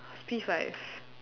it's P five